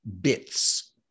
bits